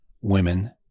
women